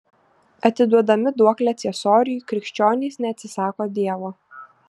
atiduodami duoklę ciesoriui krikščionys neatsisako dievo